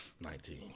Nineteen